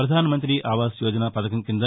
పధాన మంతి ఆవాస్ యోజన పథకం కింద